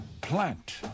Plant